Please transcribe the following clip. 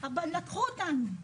אבל לקחו אותנו,